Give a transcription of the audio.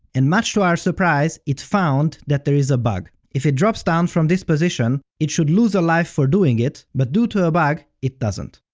and much to our surprise, it found that there is a bug if it drops down from this position, it should lose a life for doing it, but due to a bug, it doesn't.